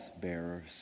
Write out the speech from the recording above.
bearers